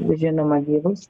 žinoma gyvus